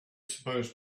supposed